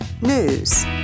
news